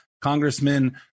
Congressman